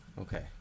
Okay